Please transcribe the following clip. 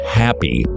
happy